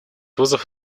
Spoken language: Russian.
вызов